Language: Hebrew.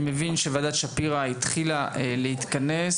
אני מבין שוועדת שפירא התחילה להתכנס.